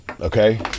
okay